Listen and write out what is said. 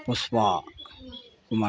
Pushpa Kumari